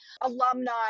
alumni